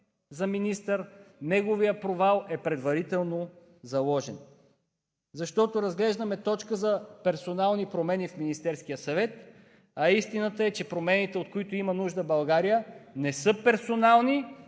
за министър, неговият провал е предварително заложен, защото разглеждаме точка за персонални промени в Министерския съвет, а истината е, че промените, от които има нужда България, не са персонални,